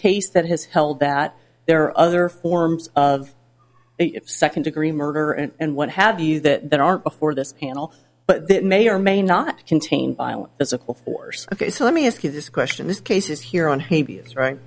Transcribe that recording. case that has held that there are other forms of second degree murder and what have you that that aren't before this panel but that may or may not contain violent physical force ok so let me ask you this question this case is here on